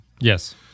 Yes